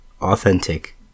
authentic